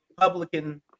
Republican